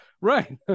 Right